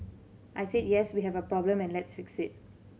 I said yes we have a problem and let's fix it